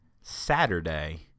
Saturday